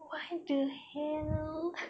why the hell